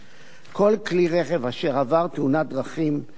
כל כלי רכב אשר עבר תאונת דרכים מ-70%